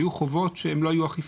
היו חובות שהן לא היו אכיפות,